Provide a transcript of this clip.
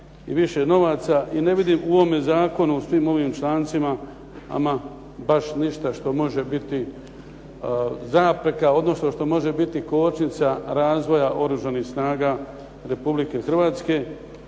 I ne vidim u ovome zakonu, u svim ovim člancima ama baš ništa što može biti zapreka odnosno što može biti kočnica razvoja Oružanih snaga Republike Hrvatske